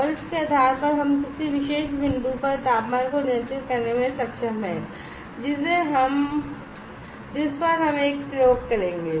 और इसके आधार पर हम किसी विशेष बिंदु पर तापमान को नियंत्रित करने में सक्षम हैं जिस पर हम एक प्रयोग करेंगे